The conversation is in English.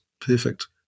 perfect